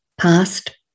past